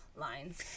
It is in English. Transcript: Lines